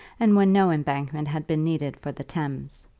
and when no embankment had been needed for the thames.